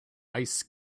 ice